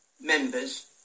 members